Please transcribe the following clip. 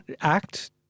act